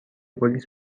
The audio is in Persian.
پلیس